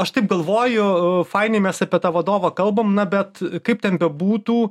aš taip galvoju fainiai mes apie tą vadovą kalbam na bet kaip ten bebūtų